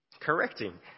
Correcting